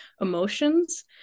emotions